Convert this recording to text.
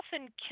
often